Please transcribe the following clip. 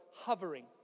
hovering